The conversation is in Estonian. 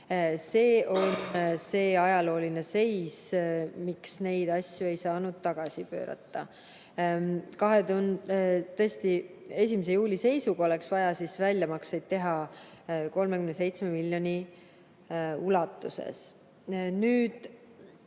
See on see ajalooline seis, miks neid asju ei saanud tagasi pöörata. Tõesti, 1. juuli seisuga oleks vaja väljamakseid teha 37 miljoni ulatuses.